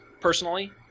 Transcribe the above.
personally